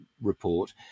report